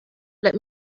let